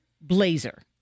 blazer